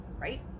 right